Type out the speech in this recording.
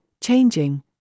changing